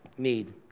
need